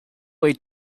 way